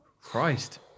Christ